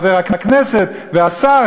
חבר הכנסת והשר,